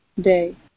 day